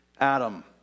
Adam